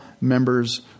members